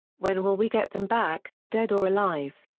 when will we get them back, dead or alive?